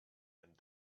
and